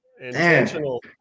intentional